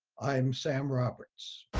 i'm sam roberts.